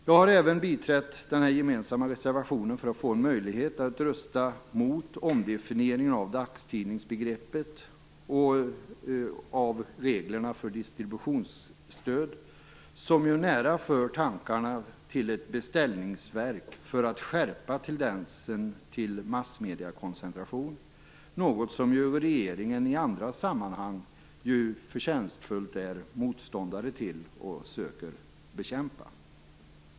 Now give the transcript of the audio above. Jag har även biträtt den gemensamma reservationen för att få en möjlighet att rösta mot omdefinieringen av dagstidningsbegreppet och reglerna för distributionsstöd, som nära för tankarna till ett beställningsverk för att skärpa tendensen till massmediekoncentration, något som regeringen i andra sammanhang förtjänstfullt är motståndare till och söker bekämpa.